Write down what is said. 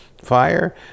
fire